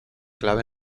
clave